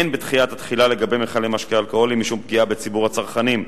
אין בדחיית התחילה לגבי מכלי משקה אלכוהולי משום פגיעה בציבור הצרכנים.